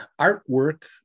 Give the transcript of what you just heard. artwork